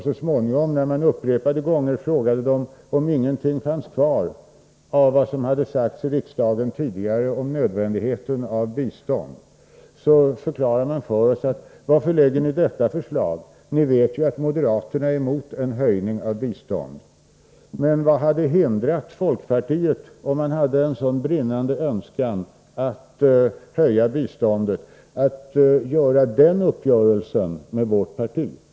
Så småningom, när man upprepade gånger hade frågat dem om ingenting fanns kvar av vad som sagts i riksdagen tidigare om nödvändigheten av bistånd, svarade de: Varför lägger ni fram detta förslag? Ni vet ju att moderaterna är emot en höjning av biståndsanslaget. Vad hade hindrat folkpartiet — om man hade en sådan brinnande önskan att höja biståndet — att göra en uppgörelse med vårt parti?